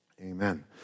Amen